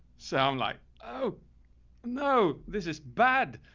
so i'm like, oh no, this is bad.